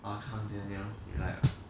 ya kang daniel you like ah